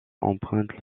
empruntent